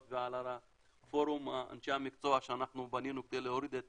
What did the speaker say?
ועל פורום אנשי המקצוע שאנחנו בנינו כדי להוריד את